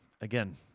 again